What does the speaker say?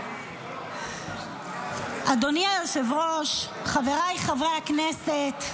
--- אדוני היושב-ראש, חבריי חברי הכנסת,